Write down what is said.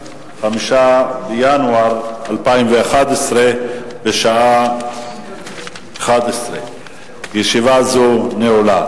5 בינואר 2011, בשעה 11:00. ישיבה זו נעולה.